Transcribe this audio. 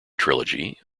trilogy